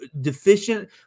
deficient